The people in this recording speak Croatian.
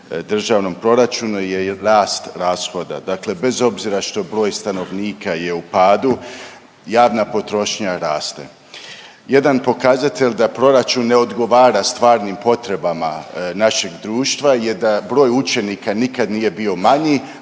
državnom proračunu je rast rashoda. Dakle, bez obzira što broj stanovnika je u padu javna potrošnja raste. Jedan pokazatelj da proračun ne odgovara stvarnim potrebama našeg društva je da broj učenika nikad nije bio manji,